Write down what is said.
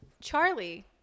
Charlie